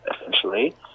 essentially